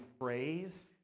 phrase